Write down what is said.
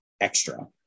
extra